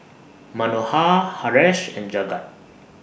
Manohar Haresh and Jagat